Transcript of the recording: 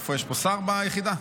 יש פה שר ביחידה?